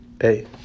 Hey